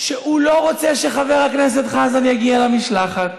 שהוא לא רוצה שחבר הכנסת חזן יגיע למשלחת.